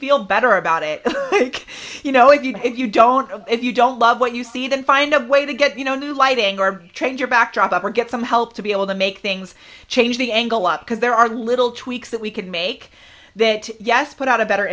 feel better about it you know if you if you don't of if you don't love what you see then find a way to get you know new lighting or train your backdrop or get some help to be able to make things change the angle up because there are little tweaks that we could make that yes put out a better